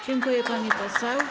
Dziękuję, pani poseł.